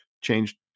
changed